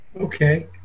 Okay